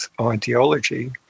ideology